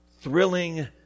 thrilling